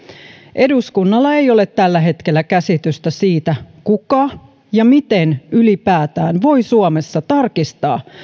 eduskunnalla ei ole tällä hetkellä käsitystä siitä kuka ja miten ylipäätään voi suomessa tarkistaa